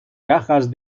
cajas